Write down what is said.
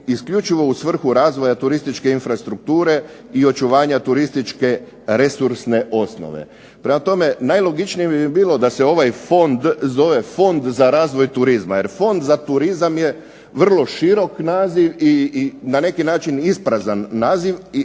isključivo u svrhu razvoja turističke infrastrukture, i očuvanja turističke resursne osnove. Prema tome, najlogičnije bi bilo da se ovaj fond zove Fond za razvoj turizma, jer Fond za turizam je vrlo širok naziv i na neki način isprazan naziv,